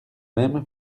même